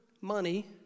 money